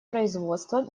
производством